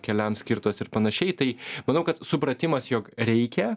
keliams skirtos ir panašiai tai manau kad supratimas jog reikia